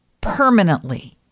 permanently